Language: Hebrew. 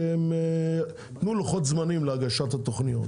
תנו לוחות זמנים להגשת התוכניות,